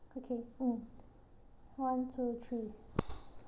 okay mm one two three